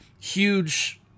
huge